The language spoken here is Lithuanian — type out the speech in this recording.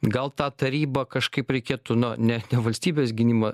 gal tą tarybą kažkaip reikėtų na ne ne valstybės gynimą